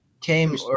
came